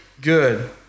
good